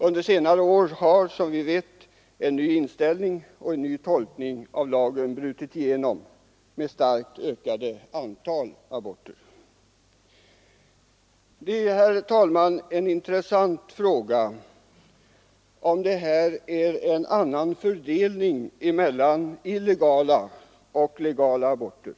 Under senare år har emellertid, som vi vet, en ny inställning och en ny tolkning av lagen brutit igenom med åtföljande starkt ökat antal aborter. Det är, herr talman, en intressant fråga om detta bara innebär en annan fördelning mellan illegala och legala aborter.